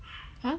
!huh!